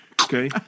okay